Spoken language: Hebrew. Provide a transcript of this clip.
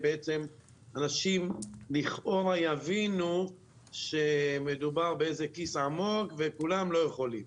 שאנשים יבינו לכאורה שמדובר בכיס עמוק וכולם לא יכולים,